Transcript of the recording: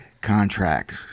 contract